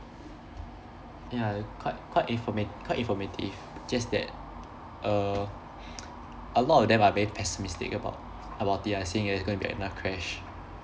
ya quite quite informa~ quite informative just that err a lot of them are very pessimistic about about it ah saying there's going to be another crash